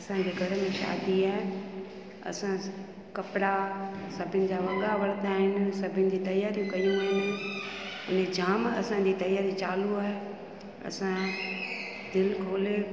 असांजे घर में शादी आहे असां कपिड़ा सभिनि जा वॻा वरिता आहिनि सभिनि जी तयारी कयूं आहिनि उन्हीअ जाम असांजी तयारी चालू आहे असां दिलि खोले